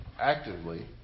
Actively